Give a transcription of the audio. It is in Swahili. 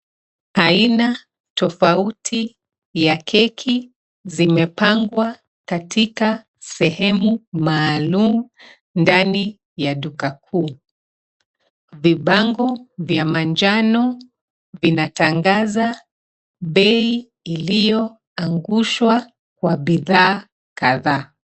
Aina tofauti ya keki zimepangwa katika sehemu maalum ndani ya duka kuu. Vibango vya manjano vinatangaza bei iliyoangushwa kwa bidhaa kadhaa.